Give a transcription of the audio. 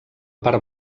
part